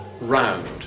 round